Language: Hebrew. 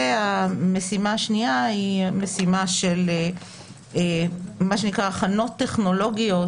המשימה השנייה היא המשימה של מה שנקרא הכנות טכנולוגיות,